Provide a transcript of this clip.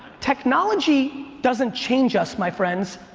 technology doesn't change us, my friends.